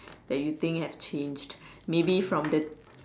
that you think have changed maybe from the